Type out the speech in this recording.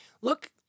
look